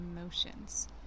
emotions